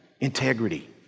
Integrity